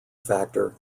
factor